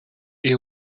est